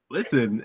Listen